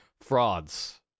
Frauds